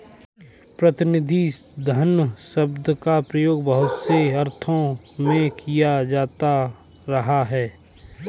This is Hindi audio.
प्रतिनिधि धन शब्द का प्रयोग बहुत से अर्थों में किया जाता रहा है